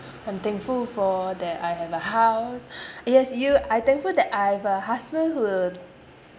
I'm thankful for that I have a house yes you I thankful that I have a husband who